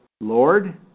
Lord